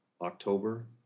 October